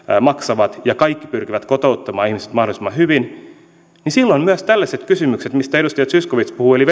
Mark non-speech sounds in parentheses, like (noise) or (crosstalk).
maksavat ja kaikki pyrkivät kotouttamaan ihmiset mahdollisimman hyvin silloin myös tällaiset kysymykset mistä edustaja zyskowicz puhuu eli (unintelligible)